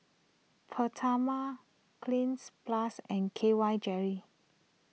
Peptamen Cleanz Plus and K Y Jery